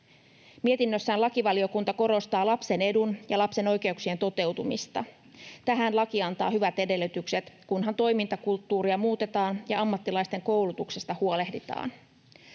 Mietinnössään lakivaliokunta korostaa lapsen edun ja lapsen oikeuksien toteutumista. Tähän laki antaa hyvät edellytykset, kunhan toimintakulttuuria muutetaan ja ammattilaisten koulutuksesta huolehditaan.